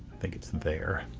think it's there.